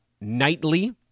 nightly